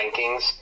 rankings